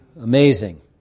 amazing